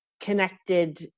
connected